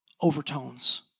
overtones